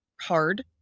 hard